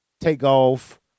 takeoff